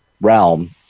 realm